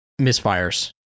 misfires